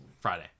Friday